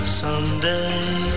someday